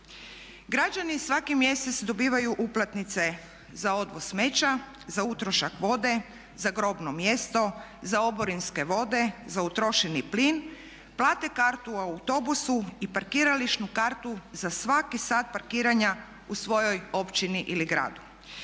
Građani svaki mjesec dobivaju uplatnice za odvoz smeća, za utrošak vode, za grobno mjesto, za oborinske vode, za utrošeni plin, plate kartu u autobusu i parkirališnu kartu za svaki sat parkiranja u svojoj općini ili gradu.